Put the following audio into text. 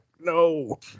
no